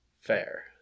Fair